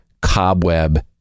Cobweb